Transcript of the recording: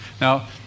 Now